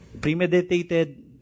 Premeditated